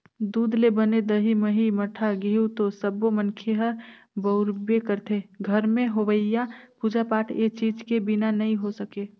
दूद ले बने दही, मही, मठा, घींव तो सब्बो मनखे ह बउरबे करथे, घर में होवईया पूजा पाठ ए चीज के बिना नइ हो सके